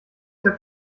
sehr